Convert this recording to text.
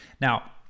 Now